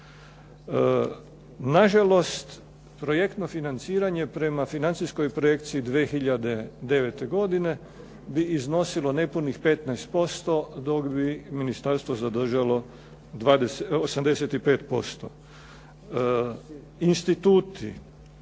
Nažalost, projektno financiranje prema financijskoj projekciji 2009. godine bi iznosilo nepunih 15%, dok bi ministarstvo zadržalo 85%.